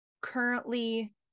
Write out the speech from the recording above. currently